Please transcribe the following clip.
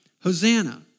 Hosanna